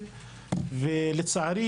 כי למרות כל הניסיונות שהיו,